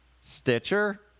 Stitcher